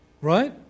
Right